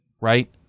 right